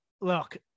look